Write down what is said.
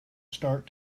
start